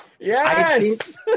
Yes